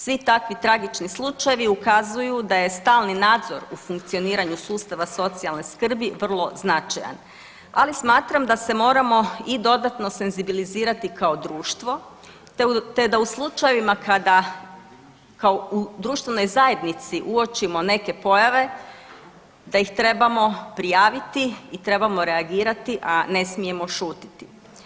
Svi takvi tragični slučajevi ukazuju da je stalni nadzor u funkcioniranju sustava socijalne skrbi vrlo značajan, ali smatram da se moramo i dodatno senzibilizirati kao društvo te da u slučajevima kada kao u društvenoj zajednici uočimo neke pojave da ih trebamo prijaviti i trebamo reagirati, a ne smijemo šutiti.